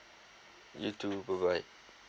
you to bye bye